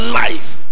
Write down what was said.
life